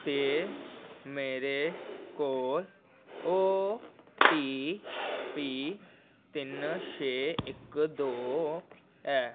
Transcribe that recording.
ते मेरे कोल ओ टी पी तिन्न छेऽ इक दो ऐ